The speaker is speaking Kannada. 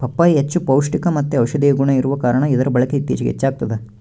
ಪಪ್ಪಾಯಿ ಹೆಚ್ಚು ಪೌಷ್ಟಿಕಮತ್ತೆ ಔಷದಿಯ ಗುಣ ಇರುವ ಕಾರಣ ಇದರ ಬಳಕೆ ಇತ್ತೀಚಿಗೆ ಹೆಚ್ಚಾಗ್ತದ